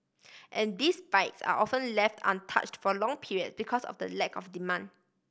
and these bikes are often left untouched for long period because of the lack of demand